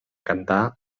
cantar